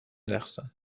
رقصن